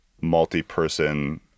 multi-person